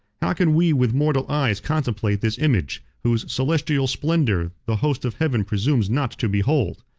how can we with mortal eyes contemplate this image, whose celestial splendor the host of heaven presumes not to behold?